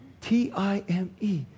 T-I-M-E